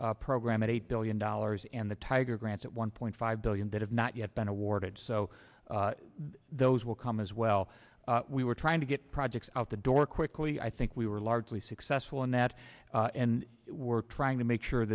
rail program at eight billion dollars and the tiger grants it one point five billion that have not yet been awarded so those will come as well we were trying to get projects out the door quickly i think we were large successful in that and we're trying to make sure